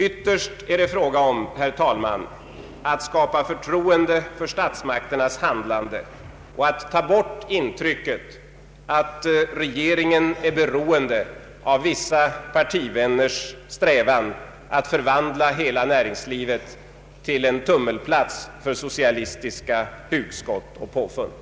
Ytterst är det, herr talman, fråga om att skapa förtroende för statsmakternas handlande och att avlägsna intrycket att regeringen är beroende av vissa partivänners strävan att förvandla hela näringslivet till en tummelplats för socialistiska hugskott och påfund.